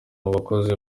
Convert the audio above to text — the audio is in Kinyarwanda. bakozi